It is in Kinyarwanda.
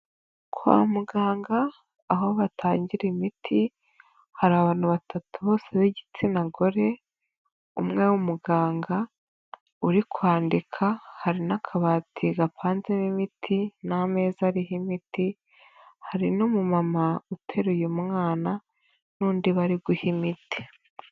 Kwa muganga aho batangira imiti hari abantu batatu bose b'igitsina gore umwe w'umuganga uri kwandika hari n'akabati gapanzemo imiti n'ameza ariho imiti hari n'umumama uteruye mwana n'undi bari guha imiti.